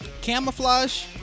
Camouflage